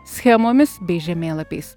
schemomis bei žemėlapiais